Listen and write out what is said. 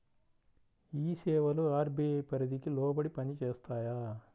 ఈ సేవలు అర్.బీ.ఐ పరిధికి లోబడి పని చేస్తాయా?